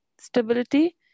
Stability